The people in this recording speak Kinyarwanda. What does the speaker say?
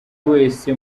wese